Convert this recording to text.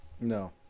No